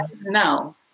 No